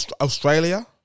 Australia